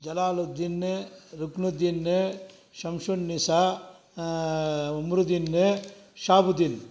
ஜலாலுத்தீன்னு ருக்னுதீன்னு ஷம்ஷொன் நிஷா முருதீன்னு ஷாபுதீன்